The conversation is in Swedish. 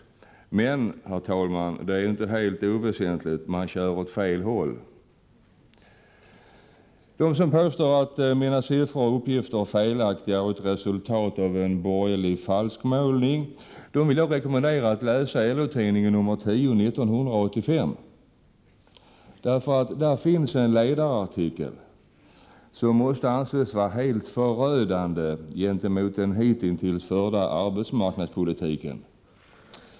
Men, herr talman, det är inte oväsentligt att påpeka att de kör åt fel håll. Jag vill rekommendera dem som påstår att mina siffror och uppgifter är felaktiga och ett resultat av en borgerlig falskmålning att läsa LO-tidningen nr 10/1985. Där finns det en ledarartikel som måste anses vara helt förödande för den hittills förda arbetsmarknadspolitiken.